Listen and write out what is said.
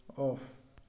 off